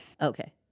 Okay